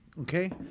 okay